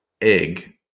egg